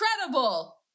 Incredible